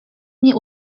mnie